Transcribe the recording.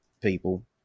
people